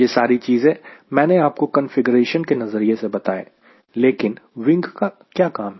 यह सारी चीजें मैंने आपको कंफीग्रेशन के नज़रिए से बताएं लेकिन विंग का क्या काम है